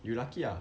you lucky ah